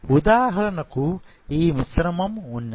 ఉదాహరణకు ఈ మిశ్రమం ఉన్నది